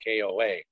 KOA